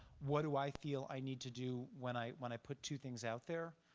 what do i feel i need to do when i when i put two things out there?